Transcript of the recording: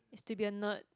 to be a nerd